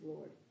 Lord